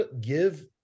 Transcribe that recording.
give